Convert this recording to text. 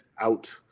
out